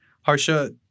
Harsha